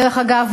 דרך אגב,